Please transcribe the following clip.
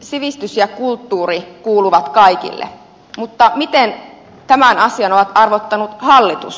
sivistys ja kulttuuri kuuluvat kaikille mutta miten tämän asian on arvottanut hallitus